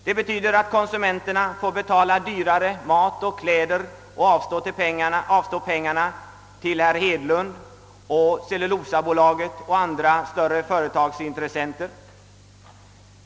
Det betyder att konsumenterna får betala mer för mat och kläder och på det sättet avstå pengar till herr Hedlund och Cellulosabolaget och andra större företags intressenter.